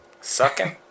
Sucking